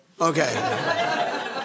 Okay